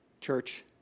church